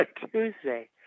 Tuesday